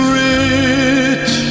rich